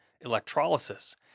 electrolysis